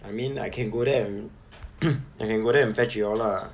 I mean I can go there and I can go there and fetch you all lah